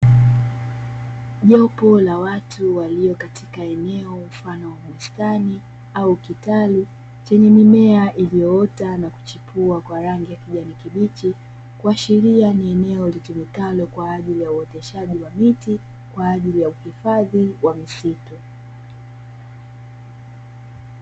Jopo la watu walio katika eneo mfano wa bustani au kitalu chenye mimea iliyoota na kuchipua kwa rangi ya kijani kibichi kuashiria ni eneo litumikalo kwa ajili ya uoteshaji wa miti kwa ajili ya uhifadhi wa misitu.